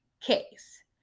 case